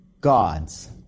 gods